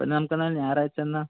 അപ്പോൾ നമുക്കെന്നാൽ ഞായറാഴ്ച്ച എന്നാൽ